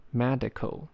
，medical